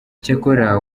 cyakora